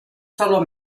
solo